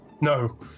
no